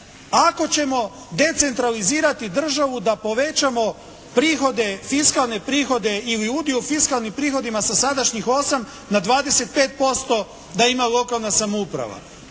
ako ćemo decentralizirati državu da povećamo prihode, fiskalne prihode ili udio u fiskalnim prihodima sa sadašnjih 8 na 25% da ima lokalna samouprava.